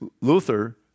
Luther